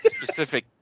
specific